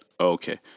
Okay